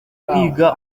kwiga